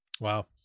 Wow